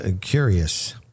curious